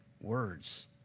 words